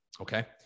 Okay